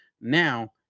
now